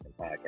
podcast